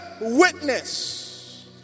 witness